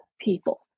people